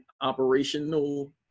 operational